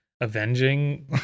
avenging